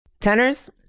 Tenors